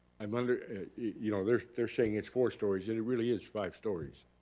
um and you know, they're they're saying it's four stories, and it really is five stories.